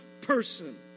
person